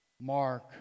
Mark